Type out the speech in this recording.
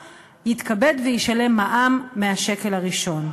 יתכבד וישלם ללא ניכוי הוצאה מהשקל הראשון.